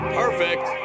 perfect